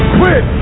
quit